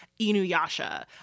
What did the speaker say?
Inuyasha